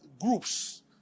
groups